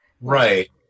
Right